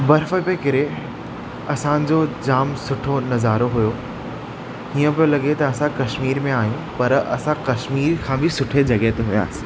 बर्फ़ पई किरे असांजो जाम सुठो नज़ारो हुओ हीअं पियो लॻे त असां कश्मीर में आहियूं पर असां कश्मीर खां बि सुठे जगह ते हुआसीं